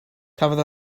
cafodd